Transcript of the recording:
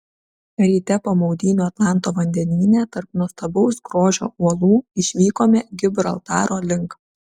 ryte po maudynių atlanto vandenyne tarp nuostabaus grožio uolų išvykome gibraltaro link